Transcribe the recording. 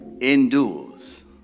endures